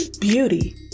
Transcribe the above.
Beauty